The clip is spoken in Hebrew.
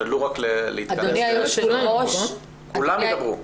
כולם ידברו.